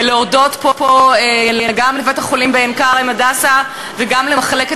ולהודות פה גם לבית-החולים "הדסה עין-כרם" וגם למחלקת